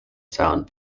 sound